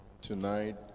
Tonight